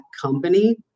company